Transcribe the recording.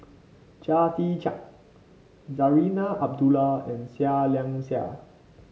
Chia Tee Chiak Zarinah Abdullah and Seah Liang Seah